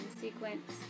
sequence